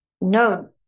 no